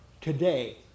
today